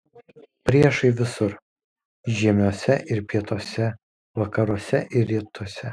priešai visur žiemiuose ir pietuose vakaruose ir rytuose